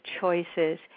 choices